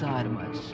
armas